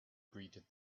greeted